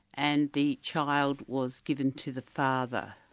and the child was given to the father.